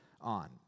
on